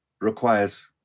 requires